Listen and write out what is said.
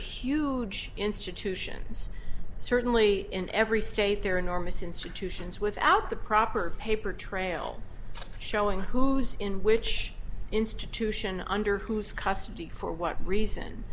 huge institutions certainly in every state there are enormous institutions without the proper paper trail showing who's in which institution under whose custody for what reason